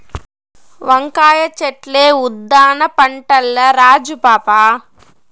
వంకాయ చెట్లే ఉద్దాన పంటల్ల రాజు పాపా